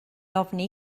ofni